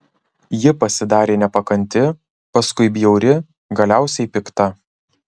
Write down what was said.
ji pasidarė nepakanti paskui bjauri galiausiai pikta